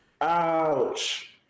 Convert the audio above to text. Ouch